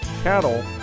cattle